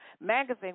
magazine